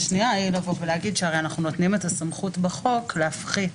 הרי אנחנו נותנים לרשות השיפוטית במקרים המתאימים את הסמכות בחוק להפחית